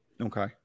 okay